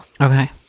Okay